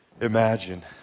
Imagine